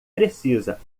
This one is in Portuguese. precisa